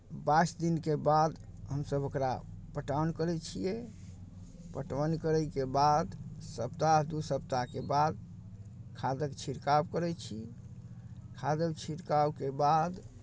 बाइस दिनके बाद हमसभ ओकरा पटौन करै छियै पटौन करयके बाद सप्ताह दू सप्ताहके बाद खादक छिड़काव करै छी खादक छिड़कावके बाद